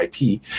IP